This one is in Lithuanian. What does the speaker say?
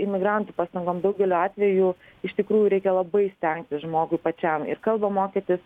imigrantų pastangom daugeliu atvejų iš tikrųjų reikia labai stengtis žmogui pačiam ir kalbą mokytis